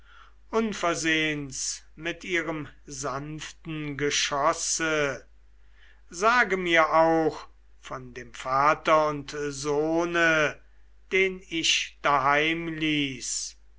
unversehns mit ihrem sanften geschosse sage mir auch von dem vater und sohne den ich daheim